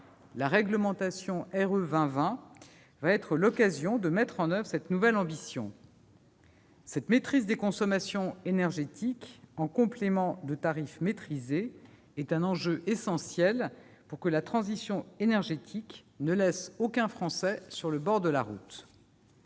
2020, ou RE 2020, sera l'occasion de mettre en oeuvre cette nouvelle ambition. La maîtrise des consommations énergétiques en complément de tarifs maîtrisés est un enjeu essentiel pour que la transition énergétique ne laisse aucun Français sur le bord de la route.